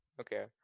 okay